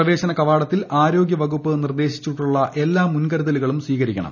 പ്രവേശന കവാടത്തിൽ ആരോഗ്യവകുപ്പ് നിർദ്ദേശിച്ചിട്ടുള്ള എല്ലാ മുൻകരുതലുകളും സ്വീകരിക്കണം